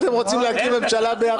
אתם רוצים להקים ממשלה ביחד?